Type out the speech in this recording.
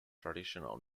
traditional